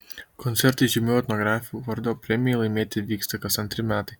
koncertai žymių etnografių vardo premijai laimėti vyksta kas antri metai